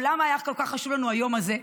למה היה כל כך חשוב לנו היום הזה,